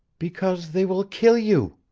because they will kill you!